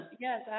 Yes